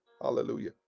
Hallelujah